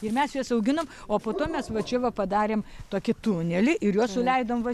ir mes juos auginom o po to mes va čia va padarėm tokį tunelį ir juos suleidom va